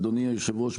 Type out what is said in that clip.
אדוני היושב-ראש,